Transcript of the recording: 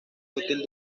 útil